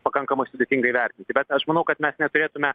pakankamai sudėtinga įvertinti bet aš manau kad mes neturėtume